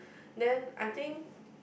then I think